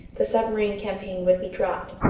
the submarine campaign would be dropped.